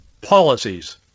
policies